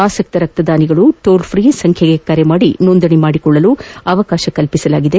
ಆಸಕ್ತ ರಕ್ತದಾನಿಗಳು ಟೋಲ್ಫ್ರೀ ಸಂಬ್ಲೆಗೆ ಕರೆ ಮಾಡಿ ನೋಂದಣಿ ಮಾಡಿಕೊಳ್ಳಲು ಅವಕಾಶ ಕಲ್ಪಿಸಲಾಗಿದೆ